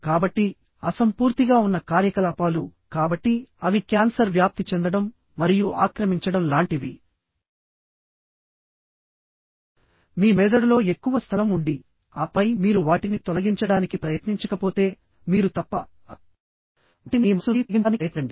కాబట్టి అసంపూర్తిగా ఉన్న కార్యకలాపాలు కాబట్టి అవి క్యాన్సర్ వ్యాప్తి చెందడం మరియు ఆక్రమించడం లాంటివి మీ మెదడులో ఎక్కువ స్థలం ఉండి ఆపై మీరు వాటిని తొలగించడానికి ప్రయత్నించకపోతే మీరు తప్ప వాటిని మీ మనస్సు నుండి తొలగించడానికి ప్రయత్నించండి